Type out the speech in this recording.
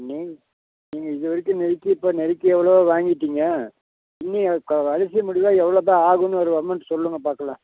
நீ நீங்கள் இது வரைக்கும் நெருக்கி இப்போ நெருக்கி எவ்வளோவோ வாங்கிவிட்டீங்க இன்னும் கடைசி முடிவாக எவ்வளோ தான் ஆகும்ன்னு ஒரு அமௌண்ட் சொல்லுங்க பார்க்கலாம்